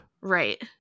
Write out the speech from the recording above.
Right